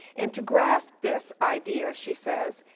and to grasp this idea she says,